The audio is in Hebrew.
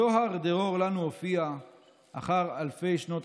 זוהר דרור לנו הופיע / אחר אלפי שנות